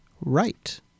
right